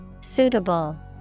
Suitable